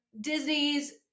Disney's